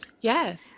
Yes